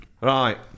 Right